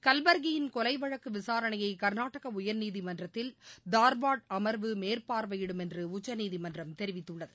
கல்பர்கியின் கொலை வழக்கு விசாரணையை கர்நாடக உயர்நீதிமன்றத்தில் தார்வாட் அமர்வு மேற்பார்வையிடும் என்று உச்சநீதிமன்றம் தெரிவித்துள்ளது